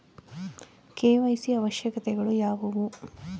KYC ಅವಶ್ಯಕತೆಗಳು ಯಾವುವು?